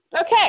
Okay